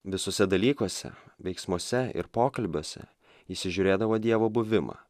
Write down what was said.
visuse dalykuose veiksmuose ir pokalbiuose įsižiūrėdavo dievo buvimą